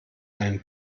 einen